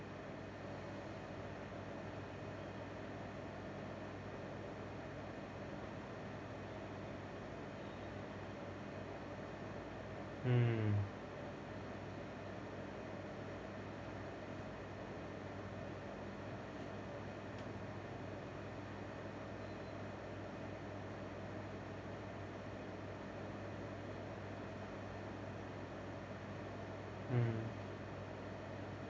hmm hmm